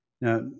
Now